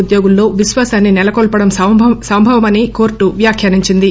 ఉద్యోగుల్లో విశ్వాశాన్ని నెలకొల్పడం సంభవమని కోర్టు వ్యాఖ్యానించింది